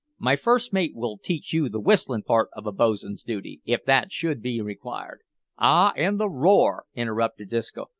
my first-mate will teach you the whistling part of a boatswain's duty, if that should be required ah, and the roar, interrupted disco,